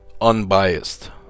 unbiased